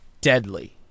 deadly